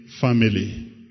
family